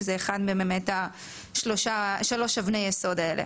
שזה אחד משלוש אבני היסוד האלה.